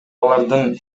алардын